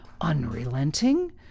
unrelenting